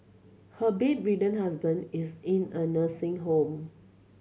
her bedridden husband is in a nursing home